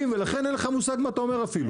לכן אין לך מושג מה אתה אומר אפילו.